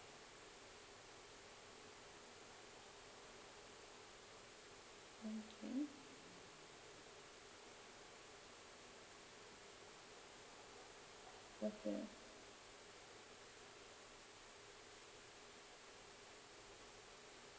mmhmm okay